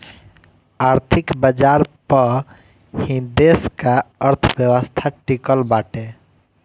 आर्थिक बाजार पअ ही देस का अर्थव्यवस्था टिकल बाटे